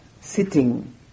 sitting